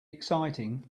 exciting